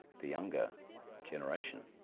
the younger generation